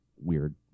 weird